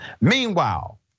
Meanwhile